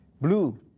Blue